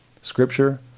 Scripture